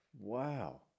Wow